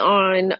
on